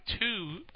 two